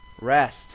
rest